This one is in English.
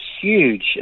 huge